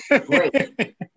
Great